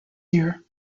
year